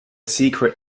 secret